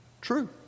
True